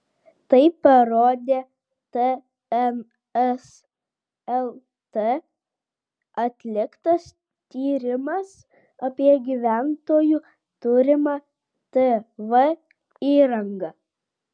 tai parodė tns lt atliktas tyrimas apie gyventojų turimą tv įrangą